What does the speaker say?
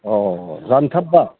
औ रानथाब्बा